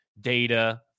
data